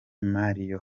marion